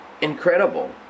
incredible